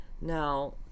now